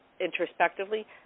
introspectively